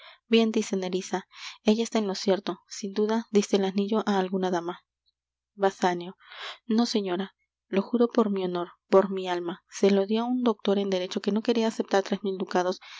dice nerissa ella está en lo cierto sin duda diste el anillo á alguna dama basanio no señora lo juro por mi honor por mi alma se lo dí á un doctor en derecho que no queria aceptar tres mil ducados